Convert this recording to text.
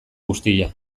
guztia